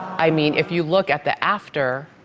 i mean if you look at the after,